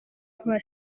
kubaha